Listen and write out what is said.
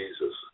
Jesus